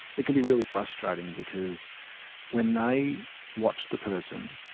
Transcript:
it can be really frustrating because when they watch the person,